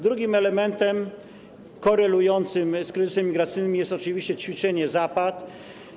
Drugim elementem korelującym z kryzysem migracyjnym są oczywiście ćwiczenia Zapad.